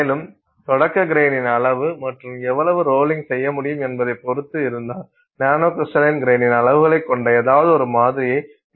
மேலும் தொடக்க கிரைனின் அளவு மற்றும் எவ்வளவு ரோலிங் செய்யமுடியும் என்பதை பொறுத்து இருந்தால் நானோ கிரிஸ்டலின் கிரைனின் அளவுகளைக் கொண்ட ஏதாவது ஒரு மாதிரியை நீங்கள் முடிக்க முடியும்